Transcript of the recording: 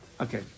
Okay